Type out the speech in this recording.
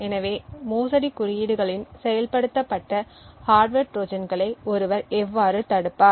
எனவே மோசடி குறியீடுகளுடன் செயல்படுத்தப்பட்ட ஹார்ட்வர் ட்ரோஜான்களை ஒருவர் எவ்வாறு தடுப்பார்